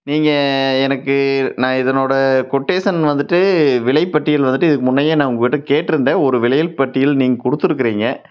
நீங்கள் எனக்கு நான் இதனோடய கொட்டேஷன் வந்துட்டு விலை பட்டியல் வந்துட்டு இதுக்கு முன்னயே நான் உங்கள்கிட்ட கேட்டிருந்தேன் ஒரு விலையல் பட்டியல் நீங்கள் கொடுத்துருக்குறீங்க